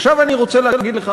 עכשיו אני רוצה להגיד לך,